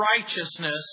righteousness